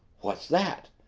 what's that?